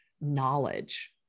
knowledge